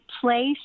place